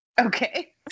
okay